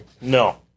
No